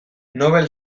nobel